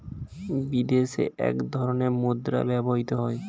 বিদেশে এক ধরনের মুদ্রা ব্যবহৃত হয়